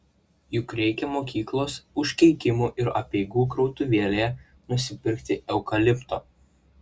juk reikia mokyklos užkeikimų ir apeigų krautuvėlėje nusipirkti eukalipto